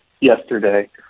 yesterday